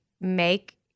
make